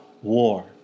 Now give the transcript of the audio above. War